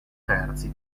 terzi